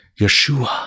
Yeshua